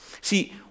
See